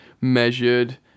measured